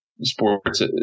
sports